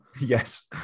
Yes